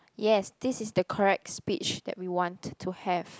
yes this is the correct speech that we want to have